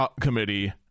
Committee